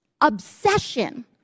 obsession